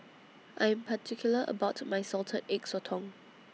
I'm particular about My Salted Egg Sotong